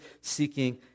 seeking